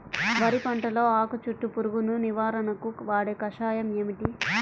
వరి పంటలో ఆకు చుట్టూ పురుగును నివారణకు వాడే కషాయం ఏమిటి?